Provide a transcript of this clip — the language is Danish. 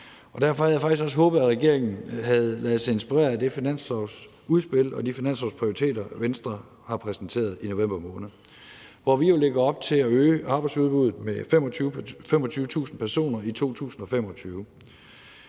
Derfor havde jeg faktisk også håbet, at regeringen havde ladet sig inspirere af det finanslovsudspil og de finanslovsprioriteter, Venstre har præsenteret i november måned, og hvor vi jo lægger op til at øge arbejdsudbuddet med 25.000 personer i 2025.